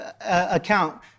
account